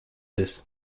this